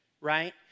right